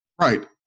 Right